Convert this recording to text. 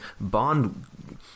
Bond